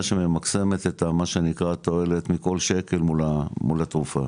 שממקסמת את מה שנקרא תועלת מכל שקל מול התרופה